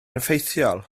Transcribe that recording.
effeithiol